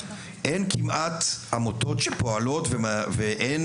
אין כמעט עמותות שפועלות ואין,